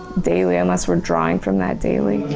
daily, unless we're drawing from that daily.